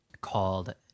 called